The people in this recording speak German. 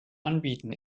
anbieten